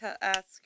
ask